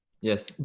Yes